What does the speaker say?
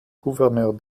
gouverneur